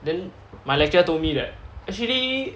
then my lecturer told me that actually